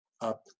up